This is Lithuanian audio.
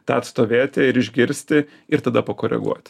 tą atstovėti ir išgirsti ir tada pakoreguoti